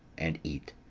and eat.